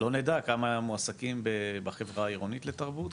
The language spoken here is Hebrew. לא נדע כמה מועסקים בחברה העירונית לתרבות,